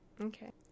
okay